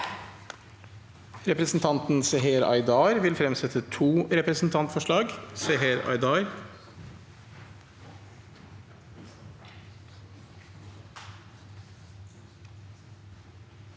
Representanten Seher Ay- dar vil fremsette to representantforslag.